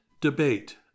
debate